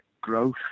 growth